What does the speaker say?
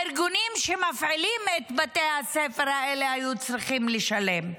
הארגונים שמפעילים את בתי הספר האלה היו צריכים לשלם.